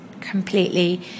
completely